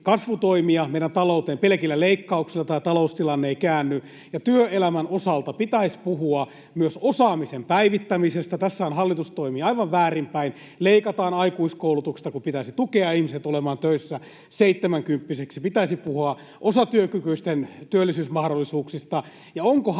kasvutoimia meidän talouteen. Pelkillä leikkauksilla tämä taloustilanne ei käänny. Ja työelämän osalta pitäisi puhua myös osaamisen päivittämisestä. Tässähän hallitus toimii aivan väärin päin. Leikataan aikuiskoulutuksesta, kun pitäisi tukea ihmisiä olemaan töissä seitsemänkymppiseksi. Pitäisi puhua osatyökykyisten työllisyysmahdollisuuksista.